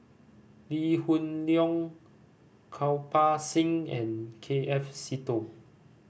Lee Hoon Leong Kirpal Singh and K F Seetoh